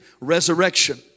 resurrection